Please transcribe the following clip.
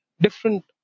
different